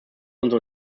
unsere